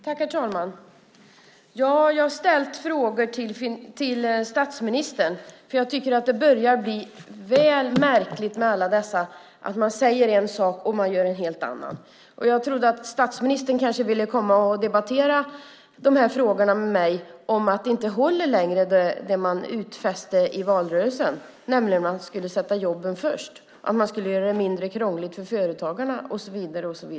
Herr talman! Jag har ställt frågor till statsministern, för jag tycker att det börjar bli väl märkligt att man säger en sak och gör en helt annan. Jag trodde att statsministern kanske ville komma och debattera med mig om utfästelserna i valrörelsen som inte håller längre, nämligen att man skulle sätta jobben främst, att man skulle göra det mindre krångligt för företagarna och så vidare.